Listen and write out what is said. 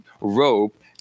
rope